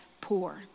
poor